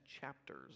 chapters